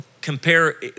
compare